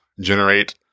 generate